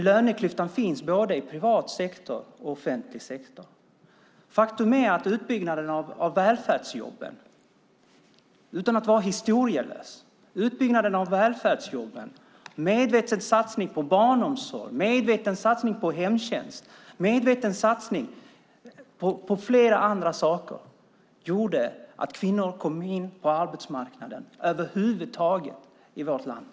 Löneklyftan finns både i privat sektor och i offentlig sektor. Faktum är att utbyggnaden av välfärdsjobben - för att inte vara historielös - i och med en medveten satsning på barnomsorg, en medveten satsning på hemtjänst och en medveten satsning på flera andra saker gjorde att kvinnor över huvud taget kom in på arbetsmarknaden i vårt land.